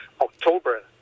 October